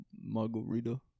margarita